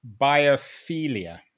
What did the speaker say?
biophilia